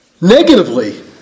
negatively